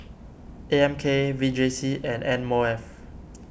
A M K V J C and M O F